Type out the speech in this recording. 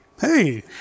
hey